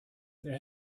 there